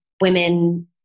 women